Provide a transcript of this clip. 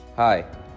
Hi